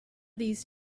these